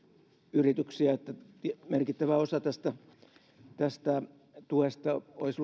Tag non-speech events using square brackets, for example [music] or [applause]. yrityksiä jotta merkittävä osa tästä tästä tuesta olisi [unintelligible]